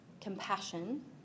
compassion